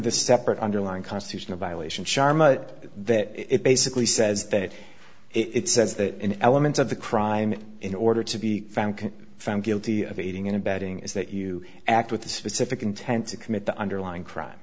the separate underlying constitutional violation sharma that basically says that it says in elements of the crime in order to be found found guilty of aiding and abetting is that you act with the specific intent to commit the underlying crime